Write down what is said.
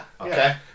okay